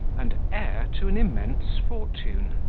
and heir to an immense fortune.